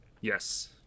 yes